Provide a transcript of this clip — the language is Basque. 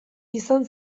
izan